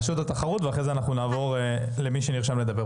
רשות התחרות ואחרי זה נעבור למי שנרשם לדבר,